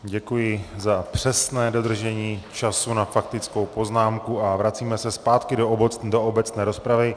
Děkuji za přesné dodržení času na faktickou poznámku a vracíme se zpátky do obecné rozpravy.